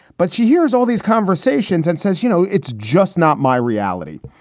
but she hears all these conversations and says, you know, it's just not my reality.